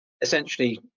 essentially